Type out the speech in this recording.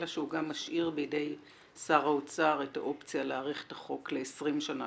אלא שהוא גם משאיר בידי שר האוצר את האופציה להאריך את החוק לעשרים שנה,